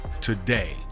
today